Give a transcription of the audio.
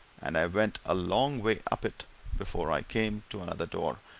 and i went a long way up it before i came to another door,